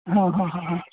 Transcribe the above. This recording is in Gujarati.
હં હં હં હં હં